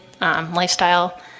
lifestyle